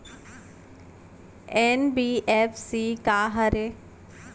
NBFC का हरे?